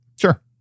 sure